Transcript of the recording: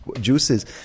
juices